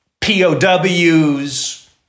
POWs